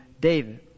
David